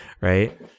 right